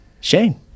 Shane